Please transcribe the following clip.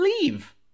leave